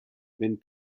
wenn